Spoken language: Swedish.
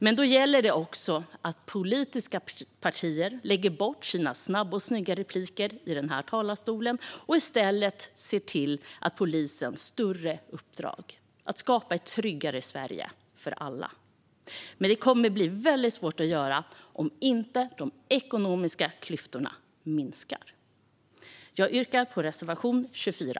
Men då gäller det att politiska partier lägger bort sina snabba och snygga repliker i denna talarstol och i stället ser till polisens större uppdrag: att skapa ett tryggare Sverige för alla. Men det kommer att bli väldigt svårt att göra om inte de ekonomiska klyftorna minskar. Jag yrkar bifall till reservation 24.